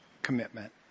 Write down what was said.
commitment